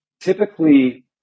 Typically